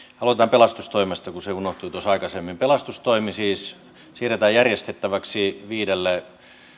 aloitan pelastustoimesta kun se unohtui tuossa aikaisemmin pelastustoimi siis siirretään järjestettäväksi viidelle